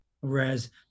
whereas